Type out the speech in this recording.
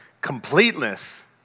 completeness